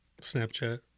Snapchat